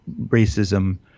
racism